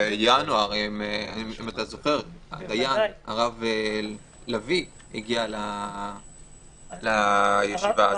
הדיין הרב לביא הגיע לישיבה הזאת.